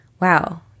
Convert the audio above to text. wow